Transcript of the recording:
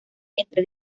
entre